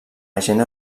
agent